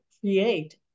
create